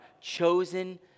chosen